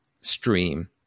stream